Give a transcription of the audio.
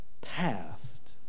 past